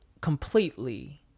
completely